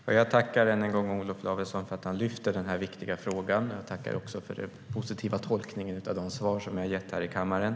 Herr talman! Jag tackar än en gång Olof Lavesson för att han lyfter upp den här viktiga frågan. Jag tackar också för den positiva tolkningen av de svar som jag har gett här i kammaren.